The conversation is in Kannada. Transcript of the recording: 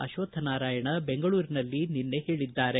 ಅಶ್ವಕ್ವನಾರಾಯಣ ಬೆಂಗಳೂರಿನಲ್ಲಿ ನಿನ್ನೆ ಹೇಳಿದ್ದಾರೆ